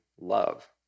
love